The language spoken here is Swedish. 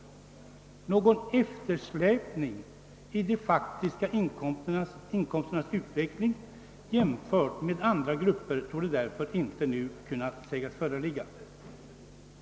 Någon eftersläpning av de faktiska inkomsternas utveckling jämfört med andra grupper torde därför nu inte kunna sägas föreligga.